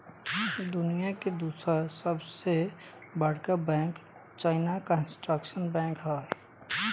दुनिया के दूसर सबसे बड़का बैंक चाइना कंस्ट्रक्शन बैंक ह